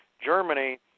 Germany